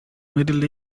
middle